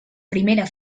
primera